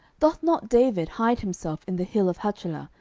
doth not david hide himself in the hill of hachilah,